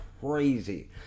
crazy